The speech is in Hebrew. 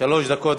שלוש דקות.